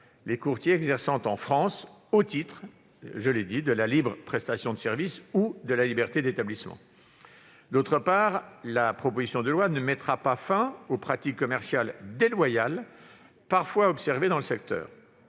les courtiers exerçants en France au titre de la libre prestation de service ou de la liberté d'établissement. D'autre part, la proposition de loi ne mettra pas fin aux pratiques commerciales déloyales parfois observées dans le secteur.